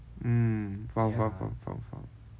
mm faham faham faham faham faham